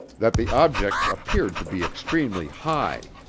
that the objects appeared to be extremely high.